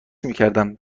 میکردم